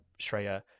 Shreya